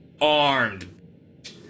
armed